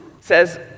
says